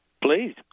Please